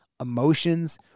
emotions